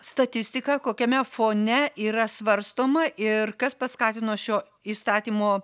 statistiką kokiame fone yra svarstoma ir kas paskatino šio įstatymo